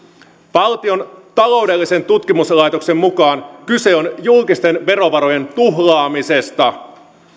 valtion taloudellisen tutkimuslaitoksen mukaan kyse on julkisten verovarojen tuhlaamisesta